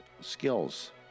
skills